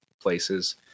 places